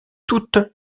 toutes